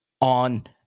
on